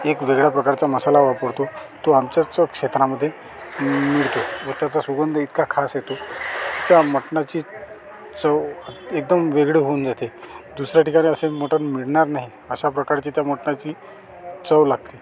एक वेगळ्या प्रकारचा मसाला वापरतो तो आमच्याच क्षेत्रामध्ये मिळतो व त्याचा सुगंध इतका खास येतो त्या मटणाची चव एकदम वेगळी होऊन जाते दुसऱ्या ठिकाणी असे मटण मिळणार नाही अशाप्रकारे त्या मटणाची चव लागते